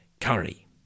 curry